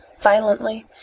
violently